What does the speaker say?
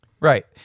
Right